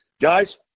Guys